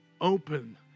open